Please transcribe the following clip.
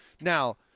Now